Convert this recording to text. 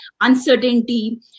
uncertainty